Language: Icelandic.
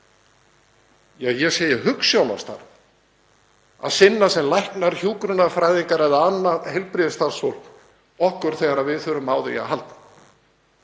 ég segi hugsjónastarf, að sinna sem læknar, hjúkrunarfræðingar eða annað heilbrigðisstarfsfólk okkur þegar við þurfum á því að halda,